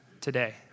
today